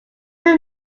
not